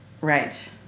Right